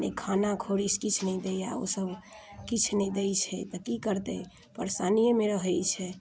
ने खाना खौड़ी किछु नहि दैए ओ सभ किछु नहि दैय छै तऽ की करतै परेशानियेमे रहै छै